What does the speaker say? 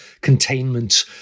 containment